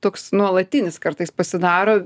toks nuolatinis kartais pasidaro